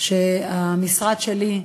שהמשרד שלי,